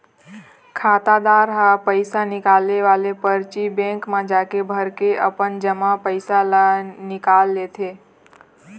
खातादार ह पइसा निकाले वाले परची बेंक म जाके भरके अपन जमा पइसा ल निकाल लेथे